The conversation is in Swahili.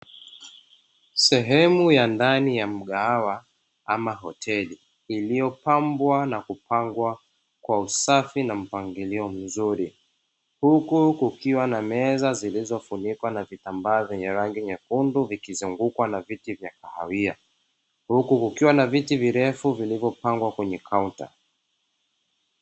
Sehemu ya ndani ya mgahawa ama hoteli, iliyopambwa na kupangwa kwa usafi na mpangilio mzuri, huku kukiwa na meza zilizofunikwa na vitambaa vyenye rangi nyekundu vikizungukwa na viti vya kahawia, huku kukiwa na viti virefu vilivyopangwa kwenye kaunta.